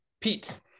Pete